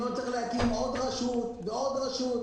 לא צריך להקים עוד רשות ועוד רשות.